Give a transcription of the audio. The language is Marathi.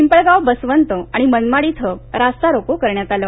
पिंपळगाव बसवंत आणि मनमाड इथं रस्ता रोको करण्यात आलं